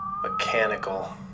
Mechanical